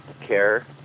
care